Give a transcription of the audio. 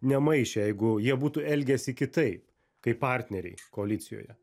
nemaišę jeigu jie būtų elgęsi kitaip kaip partneriai koalicijoje